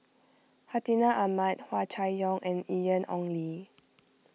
Hartinah Ahmad Hua Chai Yong and Ian Ong Li